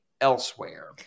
Elsewhere